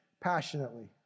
passionately